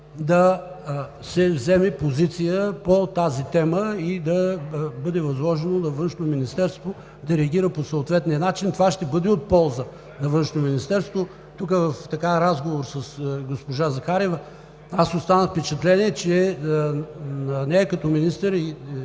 да се вземе позиция по тази тема и да бъде възложено на Външно министерство да реагира по съответния начин. Това ще бъде от полза за Министерството на външните работи. В разговор с госпожа Захариева аз останах с впечатление, че на нея като министър